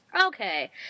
Okay